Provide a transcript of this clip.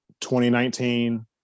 2019